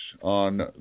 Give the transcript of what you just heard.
on